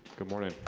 good morning.